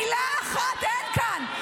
מילה אחת אין כאן.